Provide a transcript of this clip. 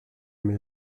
mais